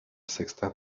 sexta